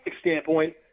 standpoint